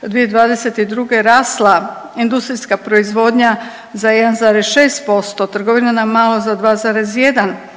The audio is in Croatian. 2022. rasla industrijska proizvodnja za 1,6%, trgovina na malo za 2,1